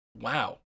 wow